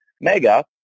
Mega